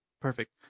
perfect